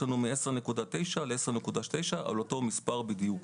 מ-10.9 ל-10.9 על אותו מספר בדיוק.